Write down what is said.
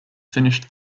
finished